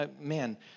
Man